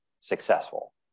successful